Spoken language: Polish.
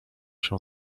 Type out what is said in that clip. się